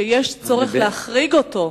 ויש צורך להחריג אותו,